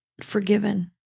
forgiven